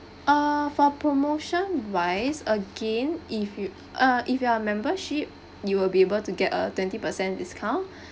err for promotion-wise again if you uh if you are membership you will be able to get a twenty percent discount